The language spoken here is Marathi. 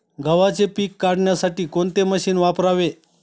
गव्हाचे पीक काढण्यासाठी कोणते मशीन वापरावे?